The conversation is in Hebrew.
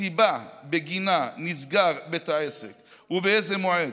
הסיבה שבגינה נסגר בית העסק ובאיזה מועד,